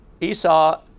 Esau